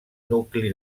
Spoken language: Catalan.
nucli